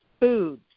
foods